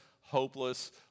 hopeless